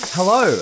Hello